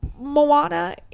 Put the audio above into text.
Moana